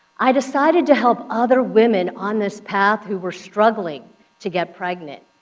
i decided to help other women on this path who were struggling to get pregnant.